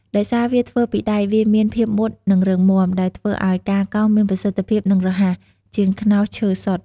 ដោយសារវាធ្វើពីដែក វាមានភាពមុត និងរឹងមាំ ដែលធ្វើឲ្យការកោសមានប្រសិទ្ធភាព និងរហ័ស ជាងខ្នោសឈើសុទ្ធ។